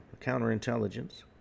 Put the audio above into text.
Counterintelligence